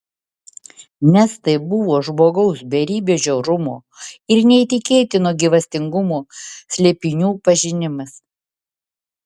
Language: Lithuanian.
nes tai buvo žmogaus beribio žiaurumo ir neįtikėtino gyvastingumo slėpinių pažinimas